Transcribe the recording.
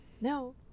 No